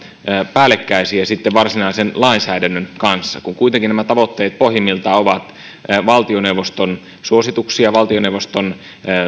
päällekkäisiä varsinaisen lainsäädännön kanssa kun kuitenkin nämä tavoitteet pohjimmiltaan ovat valtioneuvoston suosituksia valtioneuvoston